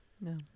No